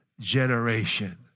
generation